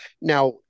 Now